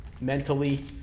mentally